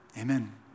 Amen